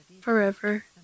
forever